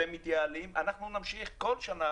אתם מתייעלים, הציבור ימשיך כל שנה